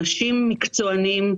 אנשים מקצוענים,